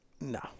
no